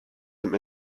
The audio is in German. dem